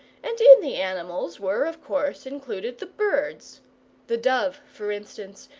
and in the animals were of course included the birds the dove, for instance,